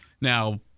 Now